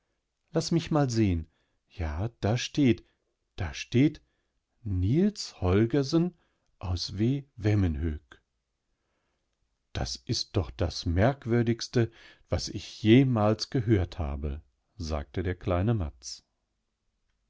laß mich einmal sehen ja da steht da steht niels holgersen aus w vemmenhög das ist doch das merkwürdigste was ich jemals gehört habe sagte der kleinemads xxi